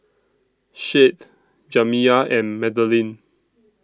Shade Jamiya and Madaline